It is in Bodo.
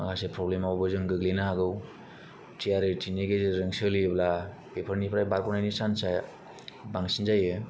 माखासे प्रब्लेमावबो जों गोग्लैनो हागौ थियारिथिनि गेजेरजों सोलियोब्ला बेफोरनिफ्राय बारग'नायनि चान्सा बांसिन जायो